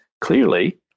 clearly